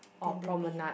then Dhoby ya